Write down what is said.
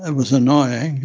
and was annoying,